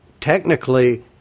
technically